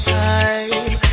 time